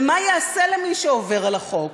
ומה ייעשה למי שעובר על החוק?